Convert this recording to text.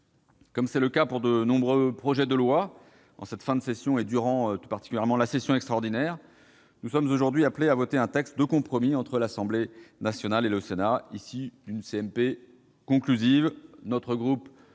Comme c'est le cas pour de nombreux projets de loi en cette fin de session et durant la session extraordinaire, nous sommes aujourd'hui appelés à voter un texte de compromis entre l'Assemblée nationale et le Sénat issu d'une commission